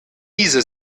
diese